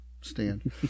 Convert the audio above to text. stand